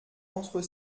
entre